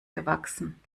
gewachsen